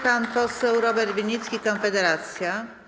Pan poseł Robert Winnicki, Konfederacja.